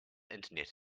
internet